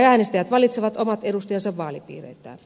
äänestäjät valitsevat omat edustajansa vaalipiireittäin